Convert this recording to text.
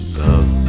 love